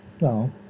no